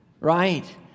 Right